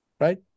right